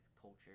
culture